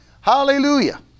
hallelujah